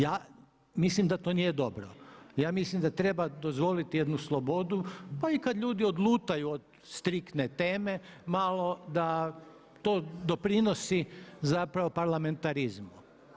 Ja mislim da to nije dobro, ja mislim da treba dozvoliti jednu slobodu, pa i kad ljudi odlutaju od striktne teme malo da to doprinosi zapravo parlamentarizmu.